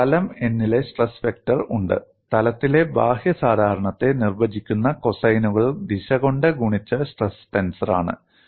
എനിക്ക് തലം n ലെ സ്ട്രെസ് വെക്റ്റർ ഉണ്ട് തലത്തിന്റെ ബാഹ്യ സാധാരണത്തെ നിർവചിക്കുന്ന കോസൈനുകൾ ദിശ കൊണ്ട് ഗുണിച്ച സ്ട്രെസ് ടെൻസറാണ്